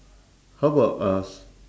how about uh s~